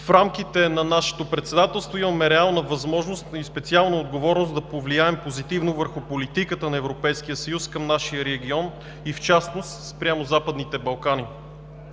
В рамките на нашето председателство имаме реална възможност и специална отговорност да повлияем позитивно върху политиката на Европейския съюз към нашия регион и в частност спрямо Западните Балкани.